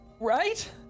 right